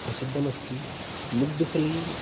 प्रसिद्धमस्ति मुद्गफली